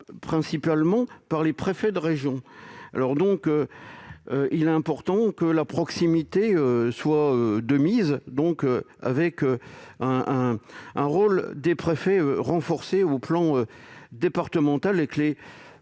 principalement par les préfets de région. Il est important que la proximité soit de mise, avec un rôle renforcé des préfets à l'échelon départemental,